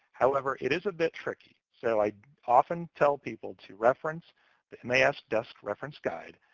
however, it is a bit tricky. so i often tell people to reference the mass desk reference guide.